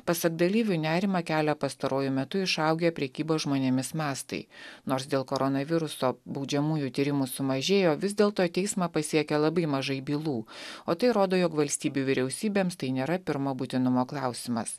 pasak dalyvių nerimą kelia pastaruoju metu išaugę prekybos žmonėmis mastai nors dėl koronaviruso baudžiamųjų tyrimų sumažėjo vis dėlto teismą pasiekia labai mažai bylų o tai rodo jog valstybių vyriausybėms tai nėra pirmo būtinumo klausimas